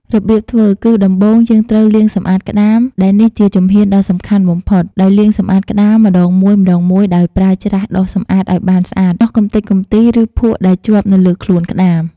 របៀបធ្វើគឺ ដំបូងយើងត្រូវលាងសម្អាតក្ដាម ដែលនេះជាជំហានដ៏សំខាន់បំផុត ដោយលាងសម្អាតក្ដាមម្តងមួយៗដោយប្រើច្រាស់ដុសសម្អាតឲ្យបានស្អាតអស់កម្ទេចកម្ទី ឬភក់ដែលជាប់នៅលើខ្លួនក្ដាម ។